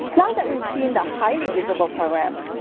now that we've seen the highly visible programs,